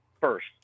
first